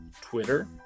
Twitter